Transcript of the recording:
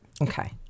Okay